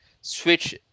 Switch